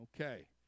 Okay